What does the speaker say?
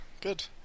good